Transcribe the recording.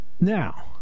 Now